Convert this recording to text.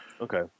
okay